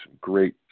great